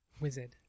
Wizard